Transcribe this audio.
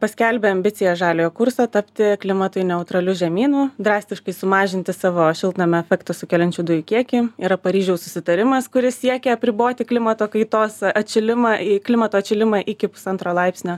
paskelbė ambiciją žaliojo kurso tapti klimatui neutraliu žemynu drastiškai sumažinti savo šiltnamio efektą sukeliančių dujų kiekį yra paryžiaus susitarimas kuris siekia apriboti klimato kaitos atšilimą klimato atšilimą iki pusantro laipsnio